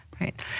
right